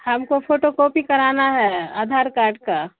ہم کو photocopy کرانا ہے آدھار کارڈ کا